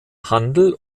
handel